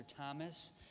Thomas